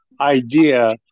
idea